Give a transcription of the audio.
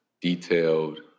detailed